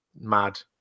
mad